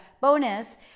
bonus